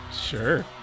Sure